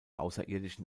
außerirdischen